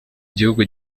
igihugu